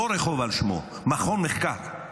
לא רחוב על שמו, מכון מחקר,